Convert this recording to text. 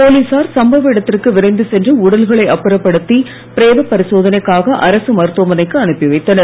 போலீசார் சம்பவ இடத்திற்கு விரைந்து சென்று உடல்களை அப்புறப்படுத்தி பிரேத பரிசோதனைக்காக அரசு மருத்துவமனைக்கு அனுப்பிவைத்தனர்